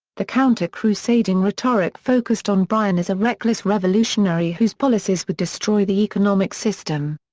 the counter-crusading rhetoric focused on bryan as a reckless revolutionary whose policies would destroy the economic system.